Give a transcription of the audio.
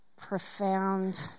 profound